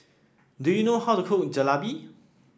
do you know how to cook Jalebi